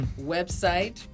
Website